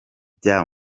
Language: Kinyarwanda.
bya